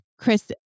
Chris